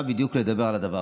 תירגע, דוד.